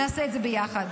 נעשה את זה ביחד.